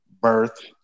birth